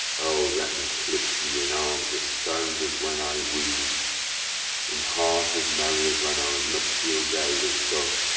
o! let me clip ye in arms as sound as when i woo'd in heart as merry as when our nuptial day was done,